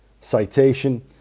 citation